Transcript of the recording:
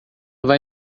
vai